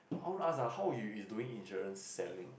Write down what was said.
I want to ask how you is doing insurance selling